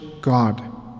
God